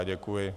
Děkuji.